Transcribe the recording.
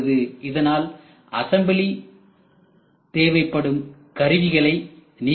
இதனால் அசம்பிளி தேவைப்படும் கருவிகளை நீக்கலாம்